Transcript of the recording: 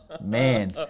Man